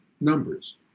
numbers